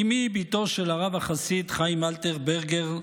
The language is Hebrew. אימי, ביתו של הרב החסיד חיים אלתר ברגר,